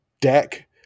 deck